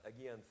again